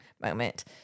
moment